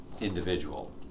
individual